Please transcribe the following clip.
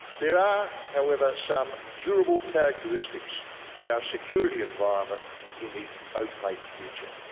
there are however some durable characteristics to our security environment in the opaque future.